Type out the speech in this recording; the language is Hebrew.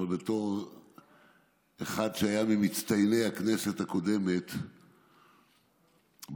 בתור אחד שהיה ממצטייני הכנסת הקודמת בוועדות,